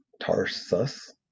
Tarsus